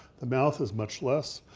the mouth is much less.